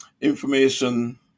information